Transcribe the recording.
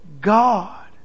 God